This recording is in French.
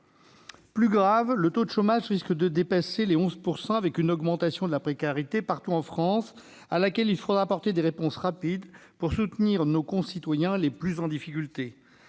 Plus grave, le taux de chômage risque de dépasser les 11 % avec une augmentation de la précarité partout en France. Il faudra apporter des réponses rapides pour soutenir nos concitoyens les plus en difficulté.